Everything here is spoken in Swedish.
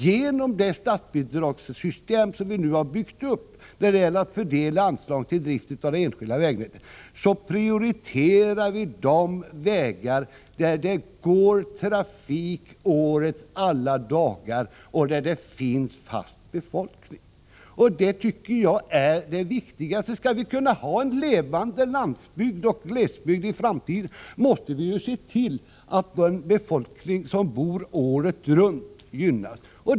Genom det statsbidragssystem som vi nu har byggt upp för att fördela anslag till drift av det enskilda vägnätet prioriterar vi de vägar där det går trafik årets alla dagar och kring vilka det finns fast befolkning. Det anser jag är det viktigaste. Skall vi i framtiden kunna ha en levande landsbygd och glesbygd måste vi se till att den befolkning som bor året runt gynnas.